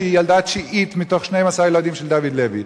שהיא ילדה תשיעית מתוך 12 ילדים של דוד לוי.